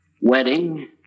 Wedding